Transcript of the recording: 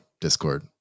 Discord